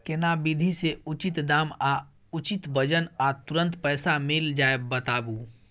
केना विधी से उचित दाम आ उचित वजन आ तुरंत पैसा मिल जाय बताबू?